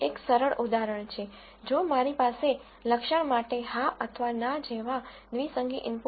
એક સરળ ઉદાહરણ છે જો મારી પાસે લક્ષણ માટે હા અથવા ના જેવા દ્વિસંગી ઇનપુટ છે